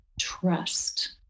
trust